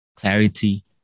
Clarity